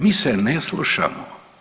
Mi se ne slušamo.